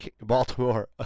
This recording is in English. Baltimore